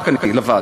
רק אני, לבד.